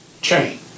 Chain